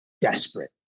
desperate